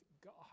God